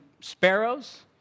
sparrows